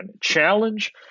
Challenge